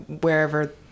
wherever